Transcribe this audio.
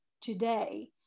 today